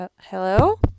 Hello